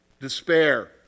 Despair